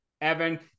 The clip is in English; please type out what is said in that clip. Evan